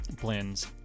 blends